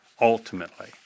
ultimately